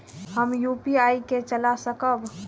हम यू.पी.आई के चला सकब?